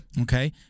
Okay